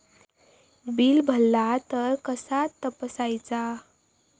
Bill भरला तर कसा तपसायचा?